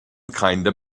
kinda